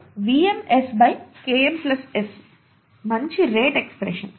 కాబట్టి VmS Km S మంచి rate expression